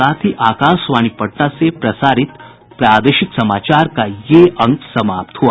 इसके साथ ही आकाशवाणी पटना से प्रसारित प्रादेशिक समाचार का ये अंक समाप्त हुआ